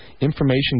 information